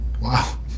Wow